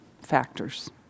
factors